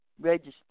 Register